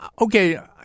okay